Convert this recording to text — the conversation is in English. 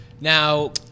Now